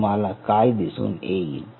तुम्हाला काय दिसून येईल